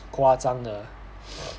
夸张的